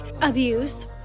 abuse